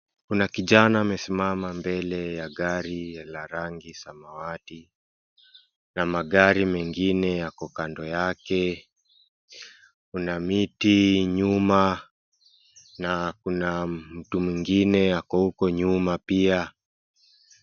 Kuna kijana amesimama mbele ya gari ya rangi la samawati, na gari mingine yako kando yake, kuna miti nyuma, na kuna mtu mwingine ako huko nyuma pia.